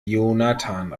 jonathan